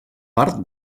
part